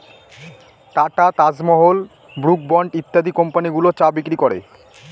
tata, Taj Mahal, Brooke Bond ইত্যাদি company গুলো চা বিক্রি করে